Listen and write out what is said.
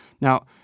Now